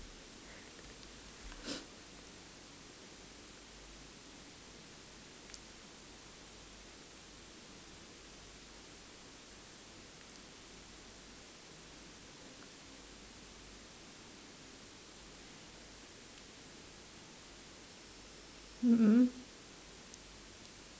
mm mm